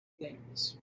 games